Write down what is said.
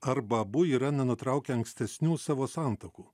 arba abu yra nenutraukę ankstesnių savo santuokų